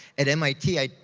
at mit,